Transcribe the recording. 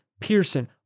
Pearson